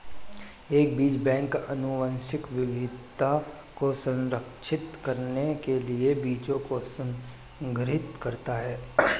एक बीज बैंक आनुवंशिक विविधता को संरक्षित करने के लिए बीजों को संग्रहीत करता है